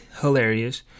hilarious